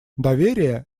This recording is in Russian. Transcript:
доверие